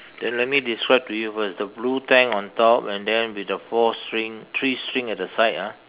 then let me describe to you first the blue tank on top and then with the four string three string at the side ah